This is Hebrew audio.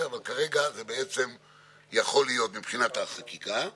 אבל זה השקרים שלכם.